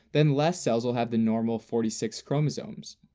then less cells will have the normal forty six chromosomes.